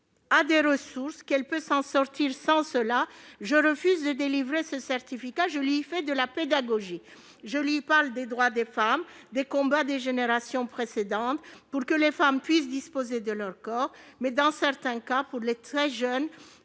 a des ressources, qu'elle peut s'en sortir sans cela, je refuse de délivrer ce certificat. Je lui fais de la pédagogie, je lui parle des droits des femmes, des combats des générations précédentes pour que les femmes puissent disposer de leur corps. Mais dans certains cas, pour les très jeunes